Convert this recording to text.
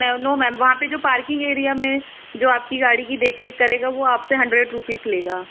no ma'am वहाँ पे जो पार्किंग एरिया में जो आपकी गाड़ी की देखरेख करेगा वो आपसे हंड्रेड रुपीज़ लेगा